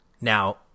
now